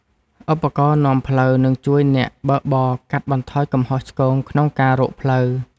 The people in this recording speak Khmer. ឧបករណ៍នាំផ្លូវ នឹងជួយអ្នកបើកបរកាត់បន្ថយកំហុសឆ្គងក្នុងការរកផ្លូវ។